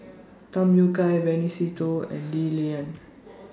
Tham Yui Kai Benny Se Teo and Lee Lian